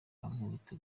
ankubita